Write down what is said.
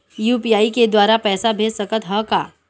UPI के द्वारा पैसा भेज सकत ह का?